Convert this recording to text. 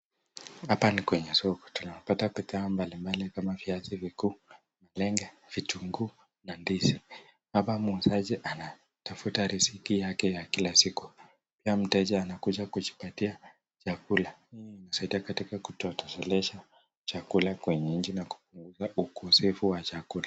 Hapa ni kwenye soko. Tunapata bidhaa mbalimbali kama viazi vikuu, mlenge, vitunguu na ndizi hapa muuzaji anatafuta riziki yake ya kila siku pia mteja anakuja kujipatia chakula. Hii inasaidia katika kutosheleza chakula kwenye nchi na kupunguza ukosefu wa chakula.